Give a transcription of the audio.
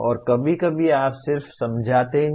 और कभी कभी आप सिर्फ समझाते हैं